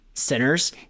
Sinners